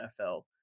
NFL